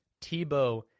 Tebow